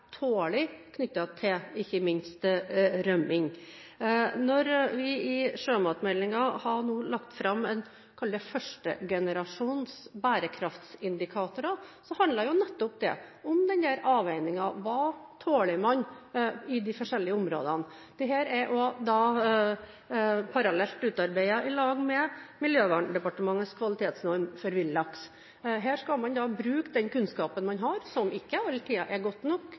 til rømming. Når vi i sjømatmeldingen har lagt fram hva man kan kalle førstegenerasjons bærekraftindikatorer, handler det nettopp om avveiningen: Hva tåler man i de forskjellige områdene? Dette er utarbeidet parallelt med Miljøverndepartementets kvalitetsnorm for villaks. Her skal man bruke den kunnskapen man har, som ikke alltid er god nok,